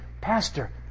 Pastor